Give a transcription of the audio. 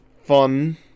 fun